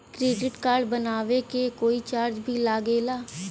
Credit card बनवावे के कोई चार्ज भी लागेला?